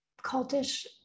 cultish